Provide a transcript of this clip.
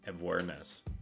awareness